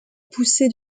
poussée